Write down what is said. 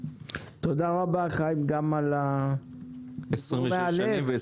תודה רבה, חיים, גם על הלב וגם